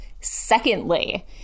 Secondly